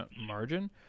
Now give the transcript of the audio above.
margin